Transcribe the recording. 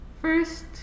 First